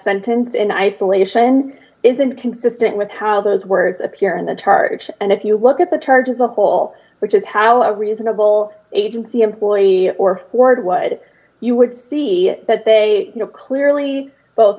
sentence and isolation isn't consistent with how those words appear in the charge and if you look at the charges a whole which is how a reasonable agency employee or toward what you would see that they clearly both